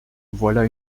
voilà